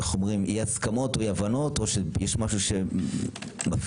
אי הסכמות או אי הבנות או משהו שמפריע,